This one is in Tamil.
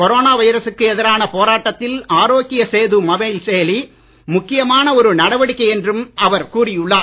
கொரோனா வைரஸ்க்கு எதிரான போராட்டத்தில் ஆரோக்ய சேது மொபைல் செயலி முக்கியமான ஒரு நடவடிக்கை என்றும் அவர் கூறியுள்ளார்